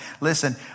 Listen